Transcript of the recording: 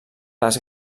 les